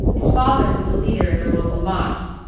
his father was a leader at their local mosque.